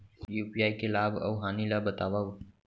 UPI के लाभ अऊ हानि ला बतावव